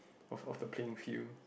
of of the playing field